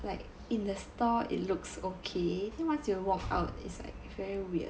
like in the store it looks okay [one] you walk out it's like very weird